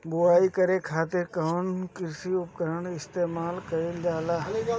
बुआई करे खातिर कउन कृषी उपकरण इस्तेमाल कईल जाला?